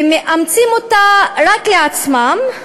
ומאמצים אותה רק לעצמם,